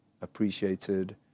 appreciated